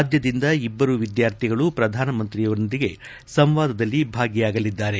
ರಾಜ್ಯದಿಂದ ಇಬ್ಬರು ವಿದ್ಯಾರ್ಥಿಗಳು ಶ್ರಧಾನಮಂತ್ರಿಯವರೊಂದಿಗೆ ಸಂವಾದದಲ್ಲಿ ಭಾಗಿಯಾಗಲಿದ್ದಾರೆ